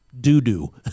doo-doo